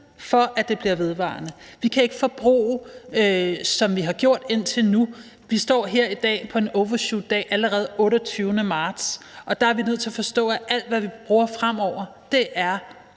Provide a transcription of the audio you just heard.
for at det bliver vedvarende. Vi kan ikke forbruge, sådan som vi har gjort indtil nu. Vi står her i dag på en earth overshoot-dag, allerede den 28. marts, og der er vi nødt til at forstå, at alt, hvad vi bruger fremover, er et